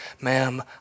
Ma'am